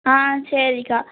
ஆ சரிக்கா